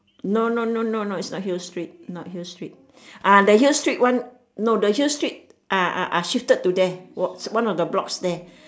no no no no no it's not hill street not hill street ah the hill street one no the hill street ah ah ah shifted to there was one of the blocks there